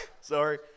Sorry